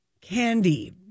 Candy